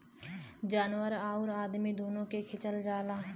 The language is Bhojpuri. जानवर आउर अदमी दुनो से खिचल जाला